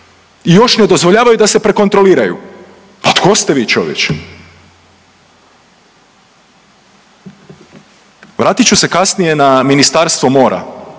I još ne dozvoljavaju da se prekontroliraju. Pa tko ste vi, čovječe? Vratit ću se kasnije na Ministarstvo mora